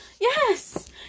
yes